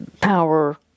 power